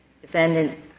defendant